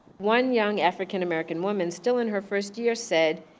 one young african-american woman, still in her first year, said,